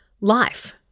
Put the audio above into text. life